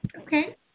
Okay